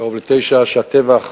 קרוב לתשע, כשהטבח